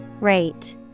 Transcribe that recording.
Rate